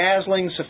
dazzling